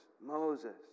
Moses